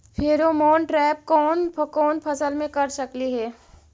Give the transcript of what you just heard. Pheromone trap कोन कोन फसल मे कर सकली हे?